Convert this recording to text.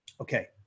okay